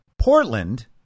Portland